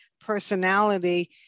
personality